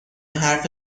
حرف